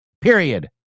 Period